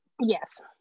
Yes